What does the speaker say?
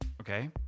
Okay